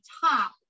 top